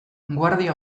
guardia